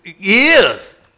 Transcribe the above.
Yes